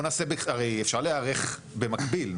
הרי אפשר להיערך במקביל,